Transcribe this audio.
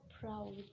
proud